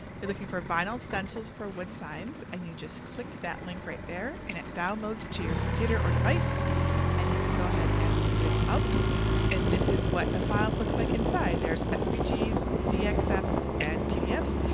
you're looking for vinyl stencils for wood signs and you just click that link right there and it downloads to your computer or device and you can go ahead and open it up and this is what the files look like inside. there's ah svgs, dxfs and pdfs.